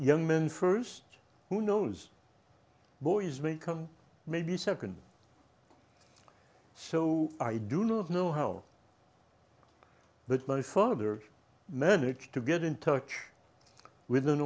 young men first who knows boys may come maybe second so i do not know how but my father managed to get in touch with a